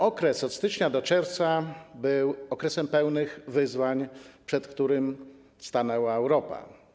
Okres od stycznia do czerwca był okresem pełnym wyzwań, przed którymi stanęła Europa.